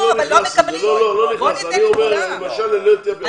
נכנס לזה.